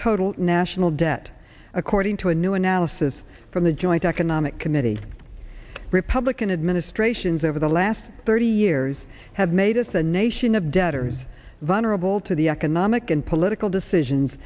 total national debt according to a new analysis from the joint economic committee republican administrations over the last thirty years have made us a nation of debtors vulnerable to the economic and political decisions